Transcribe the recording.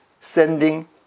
sending